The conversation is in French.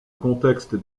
contexte